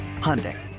Hyundai